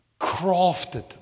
crafted